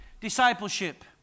discipleship